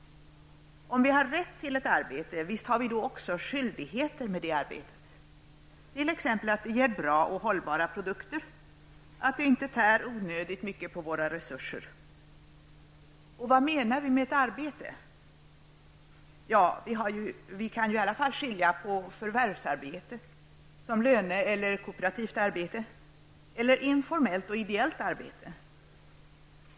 Om vi har rätt till ett arbete, visst har vi då också skyldigheter med det arbetet, t.ex. att det ger bra och hållbara produkter, att det inte tär onödigt mycket på våra resurser, och vad menar vi med ett arbete? Ja, vi kan ju i varje fall skilja på förvärvsarbete -- som lönearbete eller kooperativt arbete -- och informellt eller ideellt arbete.